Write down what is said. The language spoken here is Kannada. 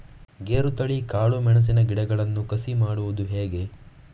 ಗೇರುತಳಿ, ಕಾಳು ಮೆಣಸಿನ ಗಿಡಗಳನ್ನು ಕಸಿ ಮಾಡುವುದು ಹೇಗೆ?